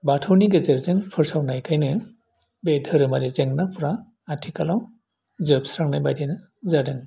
बाथौनि गेजेरजों फोसावनायखायनो बे धोरोमारि जेंनाफ्रा आथिखालाव जोबस्रांनाय बायदियानो जादों